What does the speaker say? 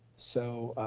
so,